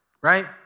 right